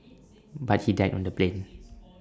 but he died on the plane